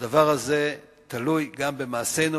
והדבר הזה תלוי גם במעשינו,